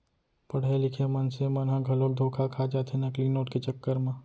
पड़हे लिखे मनसे मन ह घलोक धोखा खा जाथे नकली नोट के चक्कर म